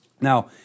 Now